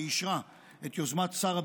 שאישרה את יוזמת שר הביטחון,